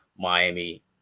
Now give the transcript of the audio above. Miami